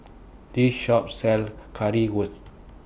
This Shop sells Currywurst